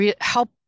help